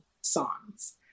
songs